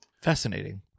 fascinating